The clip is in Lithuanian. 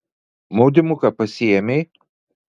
maudymuką pasiėmei